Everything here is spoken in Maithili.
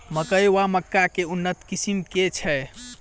मकई वा मक्का केँ उन्नत किसिम केँ छैय?